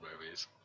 movies